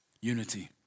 Unity